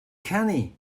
kenny